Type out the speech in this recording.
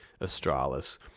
Astralis